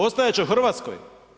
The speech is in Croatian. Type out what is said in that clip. Ostajat će u Hrvatskoj.